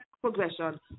progression